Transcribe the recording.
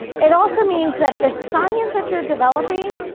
it also means that the science that you're developing,